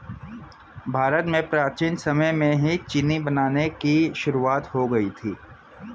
भारत में प्राचीन समय में ही चीनी बनाने की शुरुआत हो गयी थी